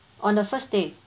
on the first day